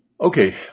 Okay